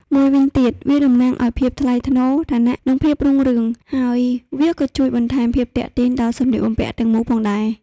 មួយវិញទៀត វាតំណាងឲ្យ ភាពថ្លៃថ្នូរ ឋានៈ និងភាពរុងរឿង ហើយវាក៏ជួយបន្ថែមភាពទាក់ទាញដល់សម្លៀកបំពាក់ទាំងមូលផងដែរ។